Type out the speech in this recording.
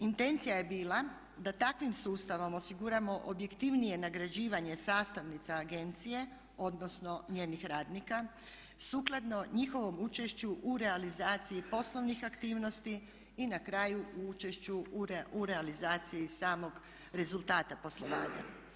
Intencija je bila da takvim sustavom osiguramo objektivnije nagrađivanje sastavnica agencije, odnosno njenih radnika sukladno njihovom učešću u realizaciji poslovnih aktivnosti i na kraju u učešću u realizaciji samog rezultata poslovanja.